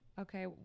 Okay